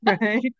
Right